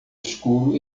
escuros